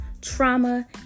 trauma